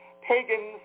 Pagans